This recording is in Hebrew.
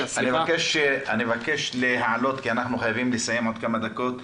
אנחנו חייבים לסיים עוד כמה דקות.